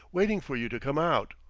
waiting for you to come out.